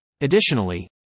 Additionally